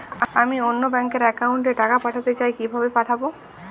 আমি অন্য ব্যাংক র অ্যাকাউন্ট এ টাকা পাঠাতে চাই কিভাবে পাঠাবো?